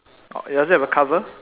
does it have a cover